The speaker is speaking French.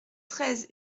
treize